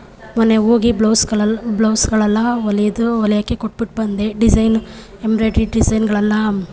ಮೊನ್ನೆ ಹೋಗಿ ಬ್ಲೌಸ್ಗಳೆಲ್ಲ ಬ್ಲೌಸ್ಗಳೆಲ್ಲ ಹೊಲೆಯೋದು ಹೊಲೆಯೋಕ್ಕೆ ಕೊಟ್ಬಿಟ್ಟು ಬಂದೆ ಡಿಝೈನು ಎಂಬ್ರೈಡ್ರಿ ಡಿಝೈನ್ಗಳೆಲ್ಲ